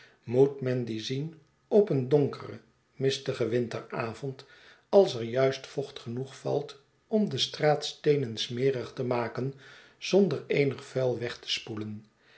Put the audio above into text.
moet men die zien op een donkeren mistigen winteravond als er juist vocht genoeg valt om de straatsteenen smerig te maken zonder eenig vuil weg te spoelen